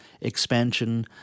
expansion